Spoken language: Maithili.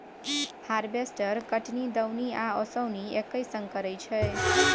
हारबेस्टर कटनी, दौनी आ ओसौनी एक्के संग करय छै